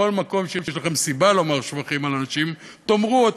בכל מקום שיש לכם סיבה לומר שבחים על אנשים תאמרו אותם,